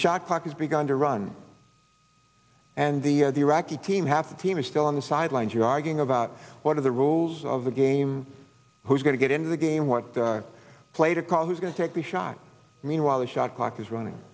clock has begun to run and the iraqi team has a team is still on the sidelines you arguing about what are the rules of the game who's going to get into the game what played a call who's going to take the shot meanwhile the shot clock is running